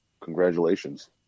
congratulations